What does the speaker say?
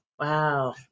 Wow